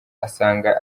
asanga